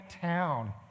town